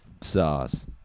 sauce